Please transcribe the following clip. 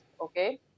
Okay